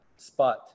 spot